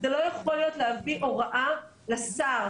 לא יכול להיות להביא הוראה לשר,